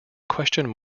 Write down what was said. question